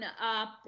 up